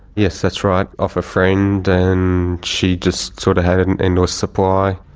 yes, that's right, off a friend, and she just sort of had an endless supply.